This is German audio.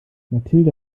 mathilde